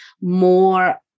more